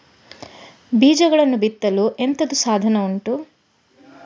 ಬೀಜಗಳನ್ನು ಬಿತ್ತಲು ಎಂತದು ಸಾಧನ ಉಂಟು?